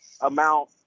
amount